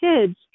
kids